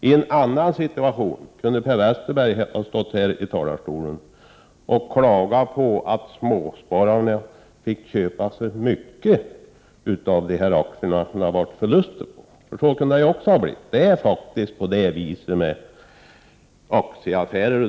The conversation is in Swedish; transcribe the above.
I en annan situation kunde Per Westerberg ha stått här i talarstolen och klagat på att småspararna fick köpa för mycket av några aktier, om det hade inneburit en förlust för köparna.